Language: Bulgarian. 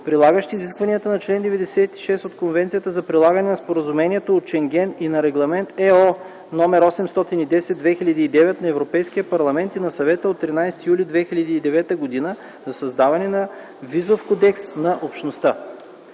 прилагащи изискванията на чл. 96 от Конвенцията за прилагане на Споразумението от Шенген и на Регламент /ЕО/ № 810/2009 на Европейския парламент и на Съвета от 13 юли 2009 г. за създаване на Визов кодекс на Общността.